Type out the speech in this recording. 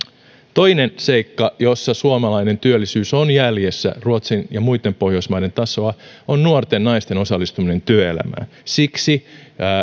toinen seikka jossa suomalainen työllisyys on jäljessä ruotsin ja muitten pohjoismaiden tasoa on nuorten naisten osallistuminen työelämään siksi